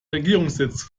regierungssitz